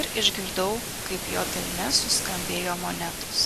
ir išgirdau kaip jo delne suskambėjo monetos